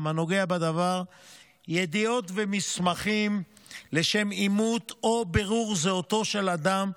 הנוגע בדבר ידיעות ומסמכים לשם אימות או בירור זהותו של אדם,